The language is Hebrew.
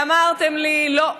ואמרתם לי: לא.